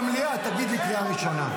יוראי, אתה בקריאה שנייה.